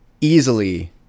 Easily